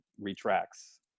retracts